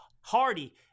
hardy